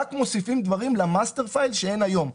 רק מוסיפים דבר ל-master file שאין היום.